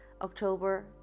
October